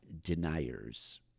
deniers